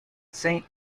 saint